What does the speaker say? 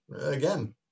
again